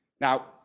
Now